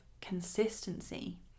consistency